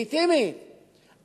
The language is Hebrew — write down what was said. לגיטימית,